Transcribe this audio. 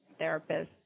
therapists